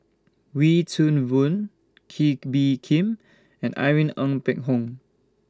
Wee Toon Boon Kee Bee Khim and Irene Ng Phek Hoong